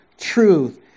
truth